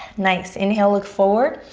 nice, inhale, look forward.